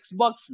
Xbox